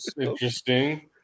Interesting